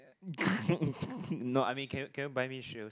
no I mean can can you buy me shoes